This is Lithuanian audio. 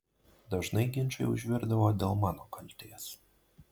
dažnai ginčai užvirdavo dėl mano kaltės